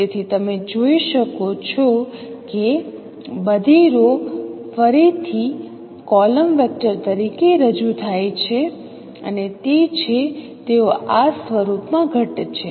તેથી તમે જોઈ શકો છો કે બધી રો ફરીથી કોલમ વેક્ટર તરીકે રજૂ થાય છે અને તે છે તેઓ આ સ્વરૂપમાં ઘટ્ટ છે